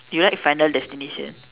you like final destination